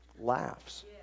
laughs